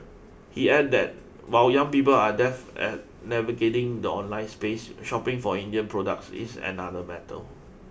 he added that while young people are death at navigating the online space shopping for Indian products is another matel